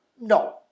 No